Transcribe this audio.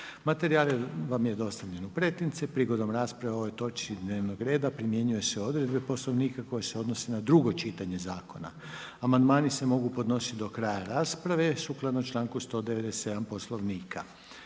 Materijal je dostavljen u pretince. Prigodom rasprave o ovoj točki dnevnog reda primjenjuju se odredbe Poslovnika koje se odnose na drugo čitanje zakona. Amandmani se mogu podnositi do kraja rasprave sukladno članku 197. Poslovnika.